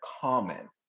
common